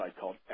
called